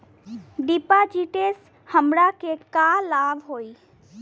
डिपाजिटसे हमरा के का लाभ होई?